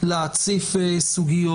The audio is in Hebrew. להציף סוגיות.